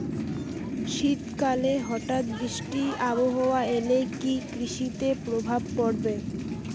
শীত কালে হঠাৎ বৃষ্টি আবহাওয়া এলে কি কৃষি তে প্রভাব পড়বে?